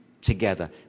together